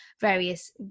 various